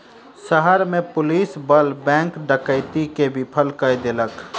शहर में पुलिस बल बैंक डकैती के विफल कय देलक